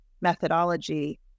methodology